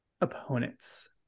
opponents